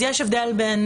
אז יש הבדל בין